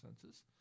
senses